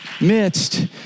midst